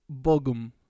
bogum